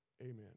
Amen